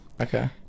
Okay